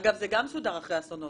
אגב, זה גם סודר אחר האסון.